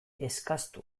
eskastu